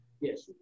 Yes